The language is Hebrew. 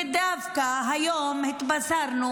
ודווקא היום בבוקר התבשרנו,